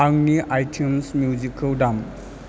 आंनि आइटिउन्स मिउजिकखौ दाम